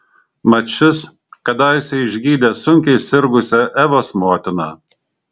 mat šis kadaise išgydė sunkiai sirgusią evos motiną